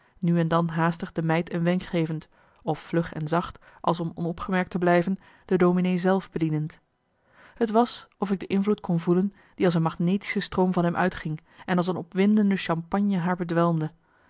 nu en dan haastig de meid een wenk gevend of vlug en zacht als om onopgemerkt te blijven de dominee zelf bedienend t was of ik de invloed kon voelen die als een magnetische marcellus emants een nagelaten bekentenis stroom van hem uitging en als een opwindende champagne